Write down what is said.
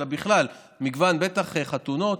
אלא בכלל מגוון ובטח חתונות.